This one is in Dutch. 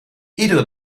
iedere